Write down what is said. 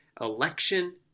election